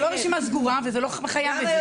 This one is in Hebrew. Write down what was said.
אבל זה לא רשימה סגורה ולא חייבים את זה.